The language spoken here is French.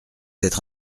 être